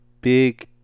big